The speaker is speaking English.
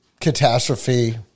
catastrophe